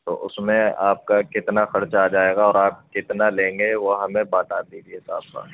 تو اس میں آپ کا کتنا خرچہ آ جائے گا اور آپ کتنا لیں گے وہ ہمیں بتا دیجیے صاف صاف